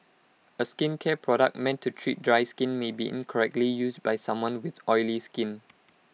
A skincare product meant to treat dry skin may be incorrectly used by someone with oily skin